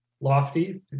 lofty